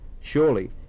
surely